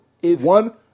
one